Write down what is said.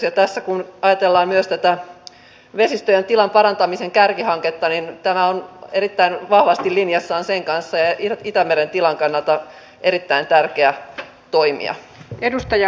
ja tässä kun ajatellaan myös tätä vesistöjen tilan parantamisen kärkihanketta niin tämä on erittäin vahvasti linjassa sen kanssa ja on itämeren tilan kannalta erittäin tärkeä toimija